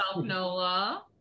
nola